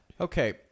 Okay